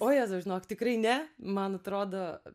o jėzau žinok tikrai ne man atrodo